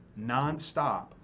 nonstop